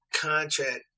contract